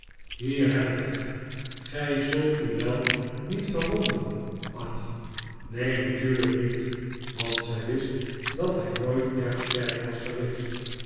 hier heb ik het gij zult u wel niet verwonderen annie neen natuurlijk niet want zij wist dat hij nooit erg sterk was geweest